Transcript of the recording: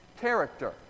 character